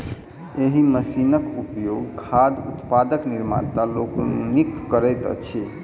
एहि मशीनक उपयोग खाद्य उत्पादक निर्माता लोकनि करैत छथि